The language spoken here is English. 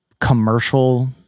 commercial